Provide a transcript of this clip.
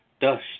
Dust